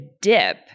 dip